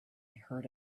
heard